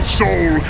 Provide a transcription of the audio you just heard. soul